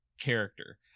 character